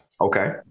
Okay